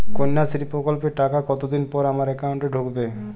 কন্যাশ্রী প্রকল্পের টাকা কতদিন পর আমার অ্যাকাউন্ট এ ঢুকবে?